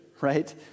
right